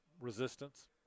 resistance